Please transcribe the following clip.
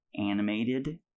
animated